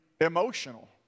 emotional